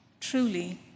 Truly